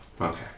Okay